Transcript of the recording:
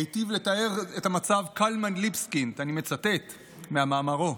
היטיב לתאר זאת קלמן ליבסקינד, ואני מצטט ממאמרו: